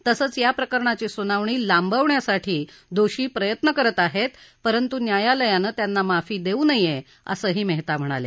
तसंच या प्रकरणाची सुनावणी लांबवण्यासाठी दोषी प्रयत्न करत आहेत परंतु न्यायालयाने त्यांना माफी देऊ नये असंही मेहता म्हणाले